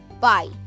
Bye